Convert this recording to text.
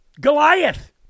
Goliath